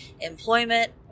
employment